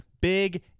Big